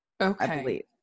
Okay